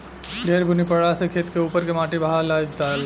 ढेर बुनी परला से खेत के उपर के माटी के बहा ले जाला